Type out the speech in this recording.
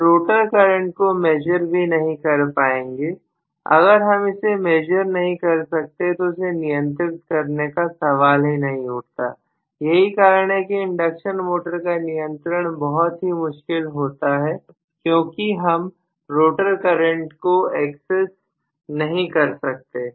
हम rotor current को measure भी नहीं कर पाएंगे अगर हम इसे मेजर नहीं कर सकते तो इसे नियंत्रित करने का सवाल ही नहीं उठता यही कारण है कि इंडक्शन मोटर का नियंत्रण बहुत ही मुश्किल होता है क्योंकि हम रोटर करंट को एक्सेस नहीं कर सकते